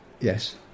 Yes